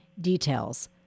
details